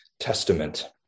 Testament